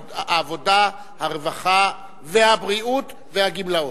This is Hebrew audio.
העבודה, הרווחה והבריאות והגמלאות.